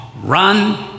run